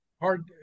hard